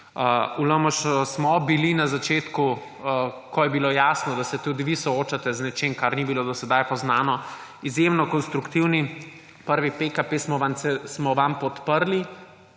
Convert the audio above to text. V LMŠ smo bili na začetku, ko je bilo jasno, da se tudi vi soočate z nečim, kar ni bilo do sedaj poznano, izjemno konstruktivni. Prvi PKP smo vam podprli,